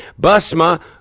Basma